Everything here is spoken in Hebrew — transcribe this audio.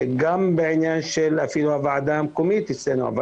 גם בעניין של הוועדה המקומית אצלנו,